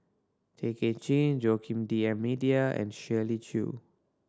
Tay Kay Chin Joaquim D'Almeida and Shirley Chew